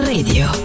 Radio